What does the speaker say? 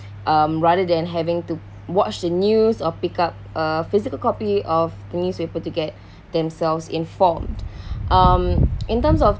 um rather than having to watch the news or pick up a physical copy of the newspaper to get themselves informed um in terms of